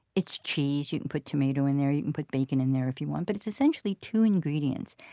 it's cheese, you can put tomato in there, you can put bacon in there if you want, but it's essentially two ingredients.